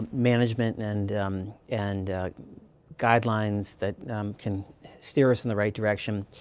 management and and guidelines that can steer us in the right direction?